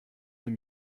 deux